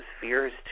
fears